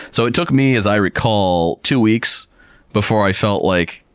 so, it took me, as i recall, two weeks before i felt like,